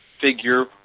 figure